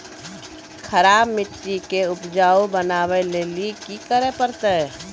खराब मिट्टी के उपजाऊ बनावे लेली की करे परतै?